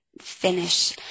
finish